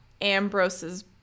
Ambrose's